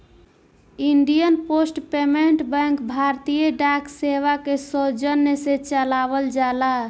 Indian post payment bank भारतीय डाक सेवा के सौजन्य से चलावल जाला